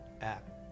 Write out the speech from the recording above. app